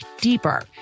deeper